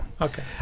Okay